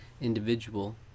individual